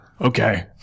Okay